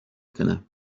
کنم